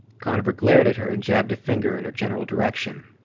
conover glared at her and jabbed a finger in her general direction.